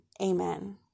amen